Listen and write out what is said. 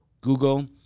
Google